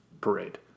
parade